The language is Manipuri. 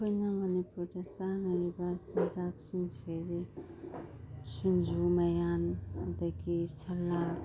ꯑꯩꯈꯣꯏꯅ ꯃꯅꯤꯄꯨꯔꯗ ꯆꯥꯅꯔꯤꯕ ꯆꯤꯟꯖꯥꯛꯁꯤꯡꯁꯦ ꯁꯤꯡꯖꯨ ꯃꯌꯥꯟ ꯑꯗꯒꯤ ꯁꯥꯂꯥꯗ